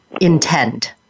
intend